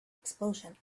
explosion